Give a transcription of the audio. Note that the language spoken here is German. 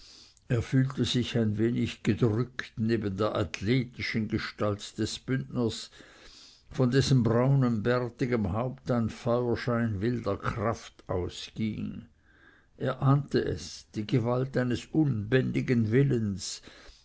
er fühlte sich ein wenig gedrückt neben der athletischen gestalt des bündners von dessen braunem bärtigem haupte ein feuerschein wilder kraft ausging er ahnte es die gewalt eines unbändigen willens